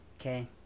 okay